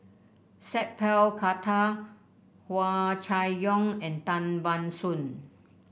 Sat Pal Khattar Hua Chai Yong and Tan Ban Soon